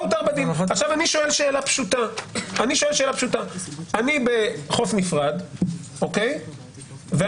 אני שואל שאלה פשוטה: אני בחוף נפרד ואני